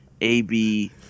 AB